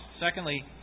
Secondly